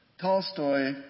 Tolstoy